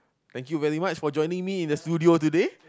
thank you very much for joining me in the studio today